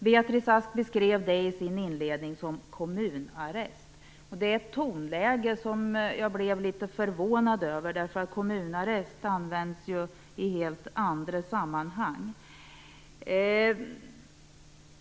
Beatrice Ask beskrev det i sitt inledningsanförande som kommunarrest. Det är ett tonläge som jag blev litet förvånad över. Kommunarrest används i helt andra sammanhang.